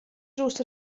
drws